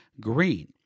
green